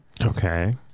okay